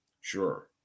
Sure